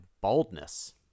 baldness